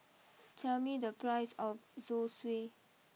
tell me the price of Zosui